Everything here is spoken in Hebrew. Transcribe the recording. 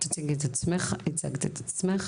תציגי את עצמך, הצגת את עצמך.